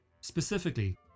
Specifically